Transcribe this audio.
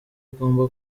agomba